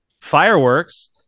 fireworks